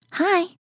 Hi